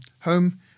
home